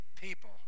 people